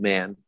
Man